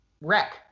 Wreck